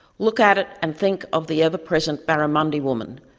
look at it and think of the ever present barramundi woman,